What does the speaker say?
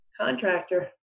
contractor